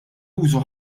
użu